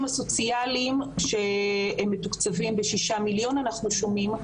הסוציאליים שהם מתוקצבים ב-6,000,000 כפי שאנחנו שומעים,